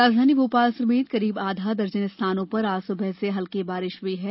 राजधानी भोपाल समेत करीब आधा दर्जन स्थानों पर आज सुबह में हल्की बारिश हुई है